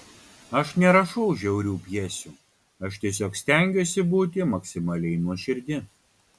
aš nerašau žiaurių pjesių aš tiesiog stengiuosi būti maksimaliai nuoširdi